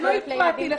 אני לא הפרעתי לך.